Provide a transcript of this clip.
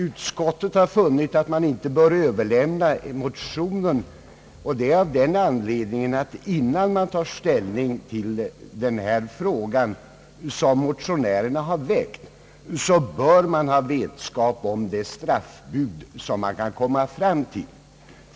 Utskottet har funnit att man inte bör överlämna motionen till kommittén för lagstiftningen om yttrandeoch tryckfrihet. Innan man tar ställning till den fråga, som motionärerna väckt, bör man ha vetskap om det straffbud man kan komma fram till.